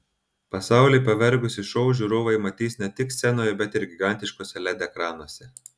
pasaulį pavergusį šou žiūrovai matys ne tik scenoje bet ir gigantiškuose led ekranuose